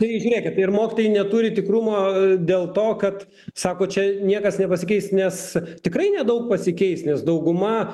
tai žiūrėkp ir mokytojai neturi tikrumo dėl to kad sako čia niekas nepasikeis nes tikrai nedaug pasikeis nes dauguma